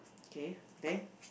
okay then